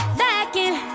lacking